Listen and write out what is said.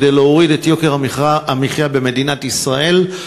כדי להוריד את יוקר המחיה במדינת ישראל,